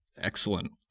excellent